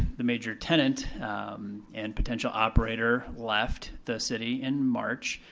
the major tenant and potential operator left the city in march,